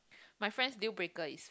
my friends deal breaker is